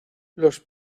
los